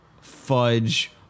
fudge